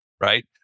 right